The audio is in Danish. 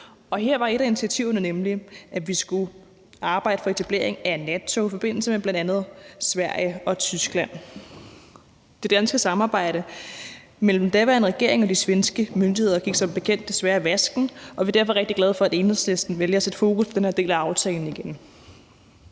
Her var et af initiativerne nemlig, at vi skulle arbejde for etablering af en nattogsforbindelse mellem bl.a. Sverige og Tyskland. Det danske samarbejde mellem den daværende regering og de svenske myndigheder gik som bekendt desværre i vasken, og vi er derfor rigtig glade for, at Enhedslisten vælger at sætte fokus på den her del af aftalen igen.